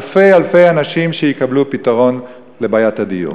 אלפי-אלפי דירות וכדי שאנשים יקבלו פתרון לבעיית הדיור?